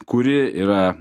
kuri yra